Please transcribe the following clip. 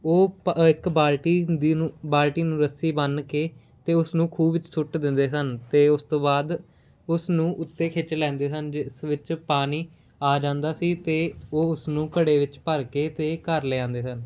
ਉਹ ਪ ਇੱਕ ਬਾਲਟੀ ਦੀ ਨੂੰ ਬਾਲਟੀ ਨੂੰ ਰੱਸੀ ਬੰਨ੍ਹ ਕੇ ਅਤੇ ਉਸਨੂੰ ਖੂਹ ਵਿੱਚ ਸੁੱਟ ਦਿੰਦੇ ਸਨ ਅਤੇ ਉਸ ਤੋਂ ਬਾਅਦ ਉਸ ਨੂੰ ਉੱਤੇ ਖਿੱਚ ਲੈਂਦੇ ਸਨ ਜਿਸ ਵਿੱਚ ਪਾਣੀ ਆ ਜਾਂਦਾ ਸੀ ਅਤੇ ਉਹ ਉਸਨੂੰ ਘੜੇ ਵਿੱਚ ਭਰ ਕੇ ਅਤੇ ਘਰ ਲਿਆਉਂਦੇ ਸਨ